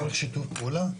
צריך שיתוף פעולה.